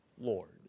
Lord